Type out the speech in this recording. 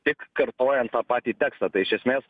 tik kartojant tą patį tekstątai iš esmės